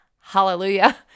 hallelujah